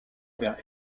vers